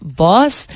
boss